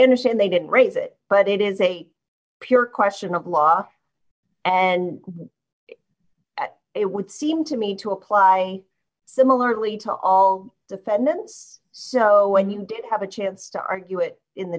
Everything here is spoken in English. understand they didn't raise it but it is a pure question of law and it would seem to me to apply similarly to all the fed then when you did have a chance to argue it in the